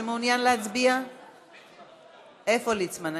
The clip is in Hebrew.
איפה ליצמן?